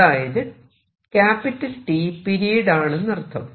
അതായത് T period ആണെന്നർത്ഥം